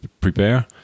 prepare